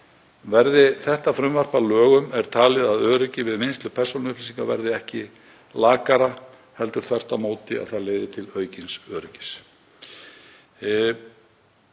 Verði þetta frumvarp að lögum er talið að öryggi við vinnslu persónuupplýsinga verði ekki lakara heldur þvert á móti að það leiði til aukins öryggis.